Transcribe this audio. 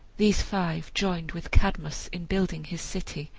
these five joined with cadmus in building his city,